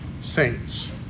saints